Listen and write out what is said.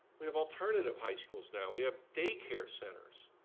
we have alternative high schools now, we have daycare centers.